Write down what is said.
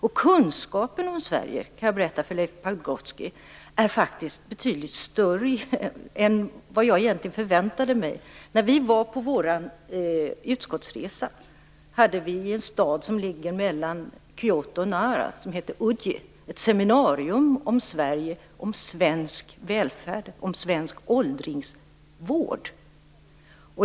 Jag kan berätta för Leif Pagrotsky att kunskapen om Sverige är betydligt större än vad jag egentligen hade förväntat mig. När vi var på vår utskottsresa hade vi i en stad, som ligger mellan Kyoto och Nara, som heter Uji ett seminarium om Sverige och om svensk välfärd och svensk åldringsvård.